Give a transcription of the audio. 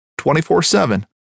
24-7